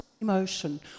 emotion